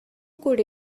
could